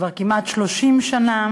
כבר כמעט 30 שנה,